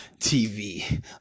tv